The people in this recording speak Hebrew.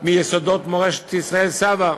מיסודות מורשת ישראל סבא.